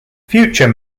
future